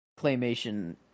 claymation